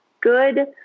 good